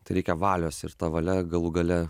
tai reikia valios ir ta valia galų gale